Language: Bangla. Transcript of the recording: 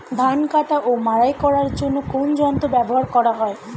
ধান কাটা ও মাড়াই করার জন্য কোন যন্ত্র ব্যবহার করা হয়?